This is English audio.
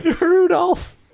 Rudolph